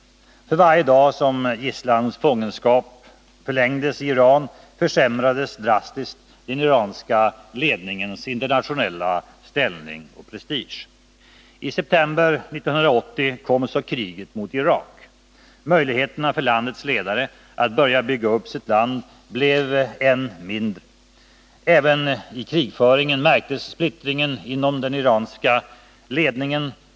För varje dag som gisslans fångenskap förlängdes i Iran försämrades drastiskt den iranska I september 1980 kom så kriget mot Irak. Möjligheterna för landets ledare att börja bygga upp sitt land blev än mindre. Även i krigföringen märktes splittringen inom den iranska ledningen.